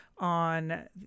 On